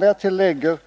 Därtill kan läggas antalet